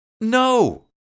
No